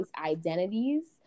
identities